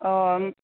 अ